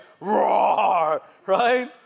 right